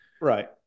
Right